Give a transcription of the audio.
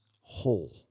whole